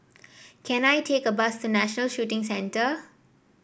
can I take a bus to National Shooting Centre